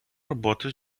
роботи